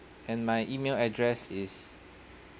and my email address is